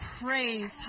praise